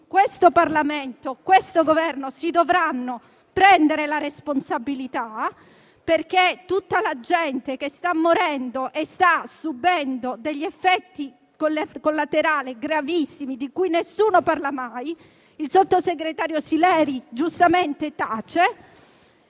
responsabilità, come dovranno assumersi la responsabilità di tutta la gente che sta morendo o sta subendo degli effetti collaterali gravissimi, di cui nessuno parla mai. Il sottosegretario Sileri giustamente tace,